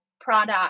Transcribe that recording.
product